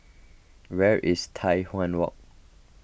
where is Tai Hwan Walk